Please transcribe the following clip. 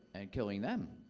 and killing them.